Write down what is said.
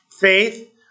faith